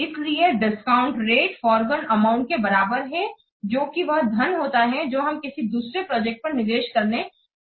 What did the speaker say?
इसलिए discount rate foregone amount के बराबर है जोकि वह धन होता है जो हम किसी दूसरे प्रोजेक्ट पर निवेश करने से कमा सकते हैं